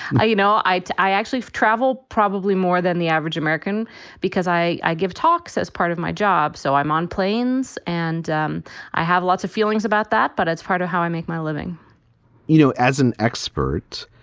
i you know, i. i actually travel probably more than the average american because i i give talks as part of my job. so i'm on planes and um i have lots of feelings about that. but it's part of how i make my living you know, as an expert,